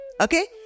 Okay